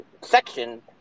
section